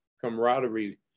camaraderie